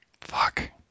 Fuck